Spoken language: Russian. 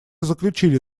заключили